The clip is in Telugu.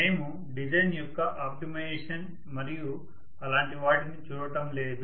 మేము డిజైన్ యొక్క ఆప్టిమైజేషన్ మరియు అలాంటి వాటిని చూడటం లేదు